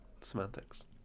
Semantics